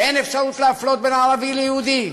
אין אפשרות להפלות בין ערבי ליהודי.